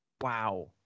Wow